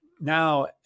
now